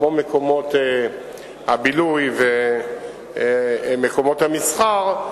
כמו במקומות הבילוי ומקומות המסחר,